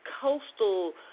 coastal